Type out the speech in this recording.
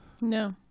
No